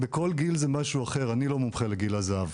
בכל גיל זה משהו אחר ואני לא מומחה לגיל הזהב,